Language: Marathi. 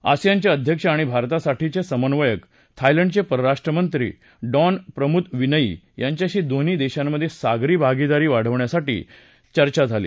आसीयानचे अध्यक्ष आणि भारतासाठीचे समन्वयक थायलंडचे परराष्ट्रमंत्री डॉन प्रमुदविनयी यांच्याशी दोन्ही देशांमध सागरी भागीदारी वाढवण्याबाबत चर्चा झाली